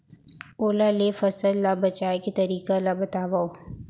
ओला ले फसल ला बचाए के तरीका ला बतावव?